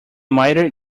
mighty